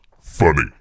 funny